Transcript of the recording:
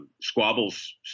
squabbles